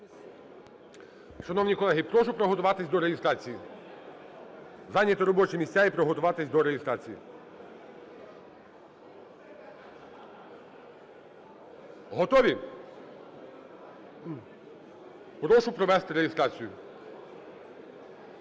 Шановні колеги, прошу приготуватись до реєстрації, зайняти робочі місця і приготуватись до реєстрації. Готові? Прошу провести реєстрацію.